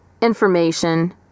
Information